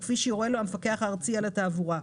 כפי שיורה לו המפקח הארצי על התעבורה.